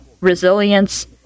resilience